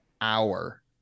hour